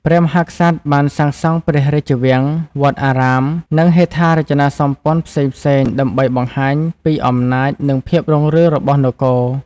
ព្រះមហាក្សត្របានសាងសង់ព្រះរាជវាំង វត្តអារាម និងហេដ្ឋារចនាសម្ព័ន្ធផ្សេងៗដើម្បីបង្ហាញពីអំណាចនិងភាពរុងរឿងរបស់នគរ។